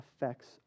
affects